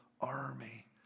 army